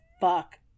fuck